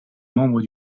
membres